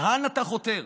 לאן אתה חותר?